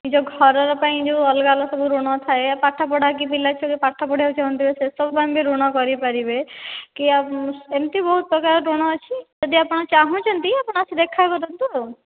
ଏହି ଯେଉଁ ଘରର ପାଇଁ ଯେଉଁ ଅଲଗା ଅଲଗା ସବୁ ଋଣ ଥାଏ ପାଠ ପଢ଼ା କି ପିଲା ଛୁଆ ଯଦି ପାଠ ପଢ଼ିବା ପାଇଁ ଚାହୁଁଥିବେ ସେ ସବୁ ପାଇଁ ବି ଋଣ କରି ପାରିବେ କି ଏମିତି ବହୁ ପ୍ରକାର ଋଣ ଅଛି ଯଦି ଆପଣ ଚାହୁଁଛନ୍ତି ଆପଣ ଆସି ଦେଖା କରନ୍ତୁ ଆଉ